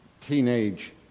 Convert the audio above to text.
teenage